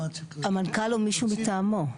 המנכ"ל או מישהו מטעמו.